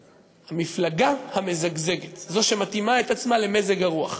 "המפלגה המזגזגת" זו שמתאימה את עצמה למזג הרוח.